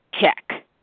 Check